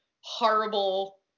horrible